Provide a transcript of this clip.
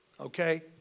Okay